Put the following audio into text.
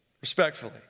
respectfully